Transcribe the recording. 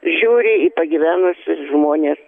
žiūri į pagyvenusius žmones